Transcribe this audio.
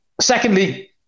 Secondly